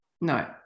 No